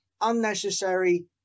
Unnecessary